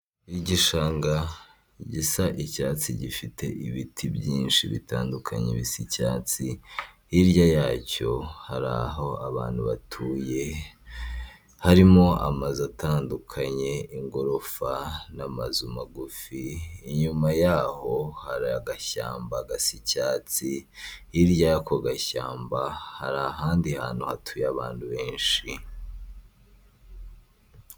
igishanga gisa icyatsi gifite ibiti byinshi bitandukanye bisi icyatsi hirya yacyo ha aho abantu batuye harimo amazu atandukanyegorofa n'amazu magufi inyuma yho hari agashyamba gasa icyatsi iriya' ako gashyamba hari ahandi hantu hatuye abantu benshi